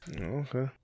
Okay